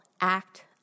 act